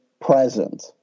present